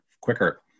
quicker